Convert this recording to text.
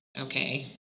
okay